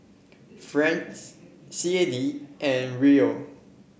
France C A D and Riyal